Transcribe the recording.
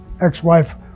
ex-wife